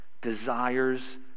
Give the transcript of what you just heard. desires